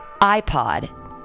iPod